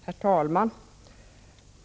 Herr talman!